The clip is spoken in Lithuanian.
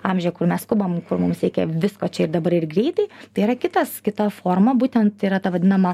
amžiuje kur mes skubam kur mums reikia visko čia ir dabar ir greitai tai yra kitas kita forma būtent yra ta vadinama